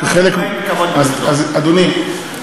אדוני,